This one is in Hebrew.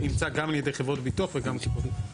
נמצא גם בידי חברות ביטוח וגם בקופות.